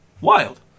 Wild